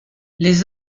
les